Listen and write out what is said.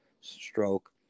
stroke